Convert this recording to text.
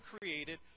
created